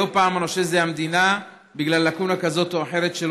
לא פעם הנושה זה המדינה, בגלל לקונה כזאת או אחרת.